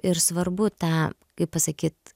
ir svarbu tą kaip pasakyt